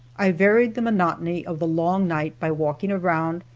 i varied the monotony of the long night by walking around,